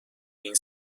این